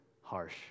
harsh